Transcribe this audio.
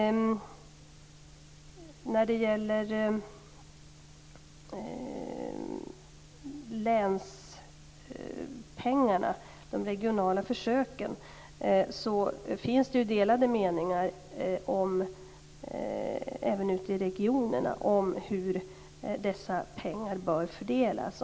När det gäller länspengarna, de regionala försöken, finns det även ute i regionerna delade meningar om hur dessa pengar bör fördelas.